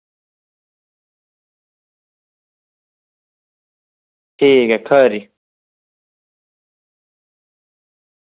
ठीक ऐ खरी